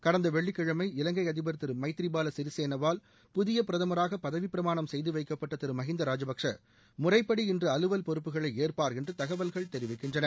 கடந்த வெள்ளிக் கிழமை இவங்கை அதிபர் திரு மைத்ரிபால சிறிசேனவால் புதிய பிரதமராக பதவிப்பரமாணம் செய்து ச வைக்கப்பட்ட திரு மஹிந்த ராஜபக்ஷே முறைப்படி இன்று அலுவல் பொறுப்புகளை ஏற்பார் என்று தகவல்கள் தெரிவிக்கின்றன